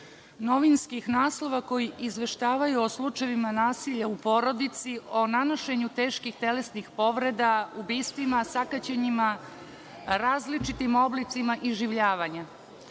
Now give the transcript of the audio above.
novinskih naslova koji izveštavaju o slučajevima nasilja u porodici, o nanošenju teških telesnih povreda, ubistvima, sakaćenjima, različitim oblicima iživljavanja. Postojeće